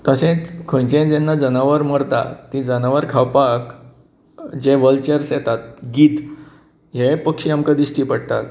तशेंच खंयचेय जेन्ना जनावर मरता ती जनावर खावपाक जे वलचर्स येतात गीद हेय पक्षी आमकां दिश्टी पडटात